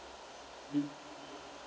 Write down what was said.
mm